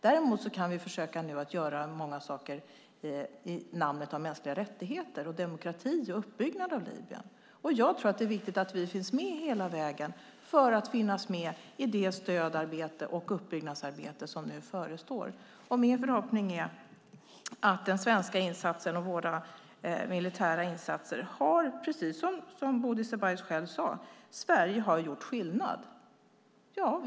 Däremot kan vi nu försöka göra saker i de mänskliga rättigheternas och demokratins namn och när det gäller uppbyggnad av Libyen. Jag tror att det är viktigt att vi finns med hela vägen i det stödarbete och uppbyggnadsarbete som nu förestår. Min förhoppning är att den svenska insatsen och våra militära insatser har gjort skillnad, precis som Bodil Ceballos själv sade.